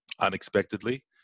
unexpectedly